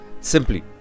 simply